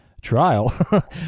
trial